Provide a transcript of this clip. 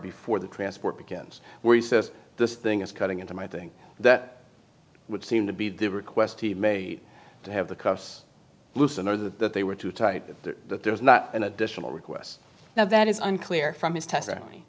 before the transport begins where he says this thing is cutting into my thing that would seem to be the request he may have the cops loosen or the they were too tight that there was not an additional requests now that is unclear from his testimony